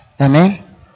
Amen